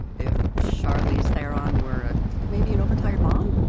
if charlize theron were ah maybe an overtired mom?